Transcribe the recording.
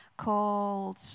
called